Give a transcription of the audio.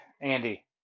andy